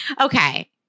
Okay